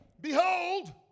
Behold